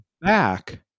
back